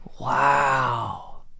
Wow